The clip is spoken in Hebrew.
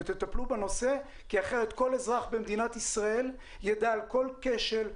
ותטפלו בנושא כי אחרת כל אזרח במדינת ישראל יידע על כל כשל,